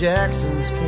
Jackson's